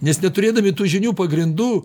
nes neturėdami tų žinių pagrindų